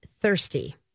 thirsty